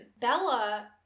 Bella